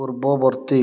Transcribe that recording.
ପୂର୍ବବର୍ତ୍ତୀ